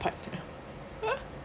partner